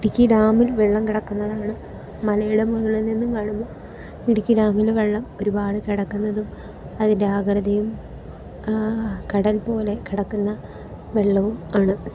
ഇടുക്കി ഡാമിൽ വെള്ളം കിടക്കുന്നതാണ് മലയുടെ മുകളിൽ നിന്ന് കാണുമ്പോൾ ഇടുക്കി ഡാമിൽ വെള്ളം ഒരുപാട് കിടക്കുന്നതും അതിൻ്റെ ആകൃതിയും കടൽ പോലെ കിടക്കുന്നത് വെള്ളവും ആണ്